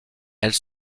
elle